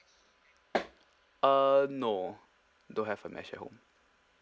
uh no don't have a mesh at home